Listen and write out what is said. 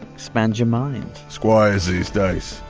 expand your mind squires these days.